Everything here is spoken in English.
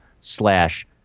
slash